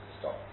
stop